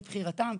בחירתם,